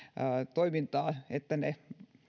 että ne